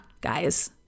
guys